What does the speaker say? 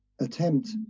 attempt